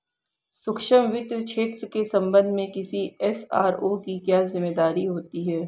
सूक्ष्म वित्त क्षेत्र के संबंध में किसी एस.आर.ओ की क्या जिम्मेदारी होती है?